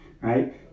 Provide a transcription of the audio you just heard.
right